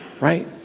right